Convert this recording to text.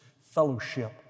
fellowship